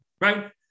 right